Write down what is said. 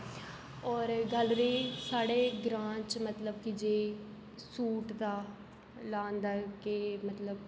होर गल्ल रेही साढ़े ग्रांऽ च मतलब कि जे सूट दा लान दा केह् मतलब